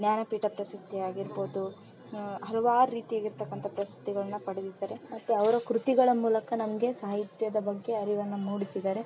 ಜ್ಞಾನಪೀಠ ಪ್ರಶಸ್ತಿ ಆಗಿರ್ಬೋದು ಹಲವಾರು ರೀತಿ ಇರ್ತಕ್ಕಂಥ ಪ್ರಶಸ್ತಿಗಳನ್ನು ಪಡೆದಿರ್ತಾರೆ ಮತ್ತು ಅವರು ಕೃತಿಗಳ ಮೂಲಕ ನಮಗೆ ಸಾಹಿತ್ಯದ ಬಗ್ಗೆ ಅರಿವನ್ನು ಮೂಡಿಸಿದ್ದಾರೆ